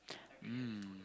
mm